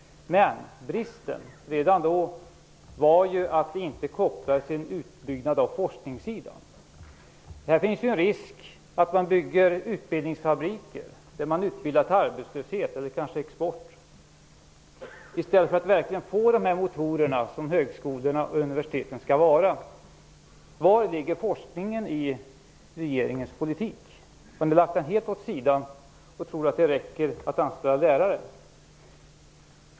Men bristen redan då var ju att det hela inte kopplades till en utbyggnad på forskningssidan. Risken finns att man bygger utbildningsfabriker där människor utbildas till arbetslöshet - eller kanske till export - i stället för att se till att vi får de motorer som högskolorna och universiteten skall vara. Var ligger forskningen i regeringens politik? Har ni helt lagt forskningen åt sidan i tron att det är tillräckligt att anställa lärare?